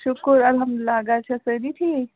شُکُر الحمدُاللہ گَرِ چھےٚ سٲری ٹھیٖک